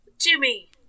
Jimmy